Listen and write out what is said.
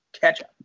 ketchup